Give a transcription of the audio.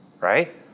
right